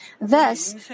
Thus